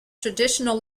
traditional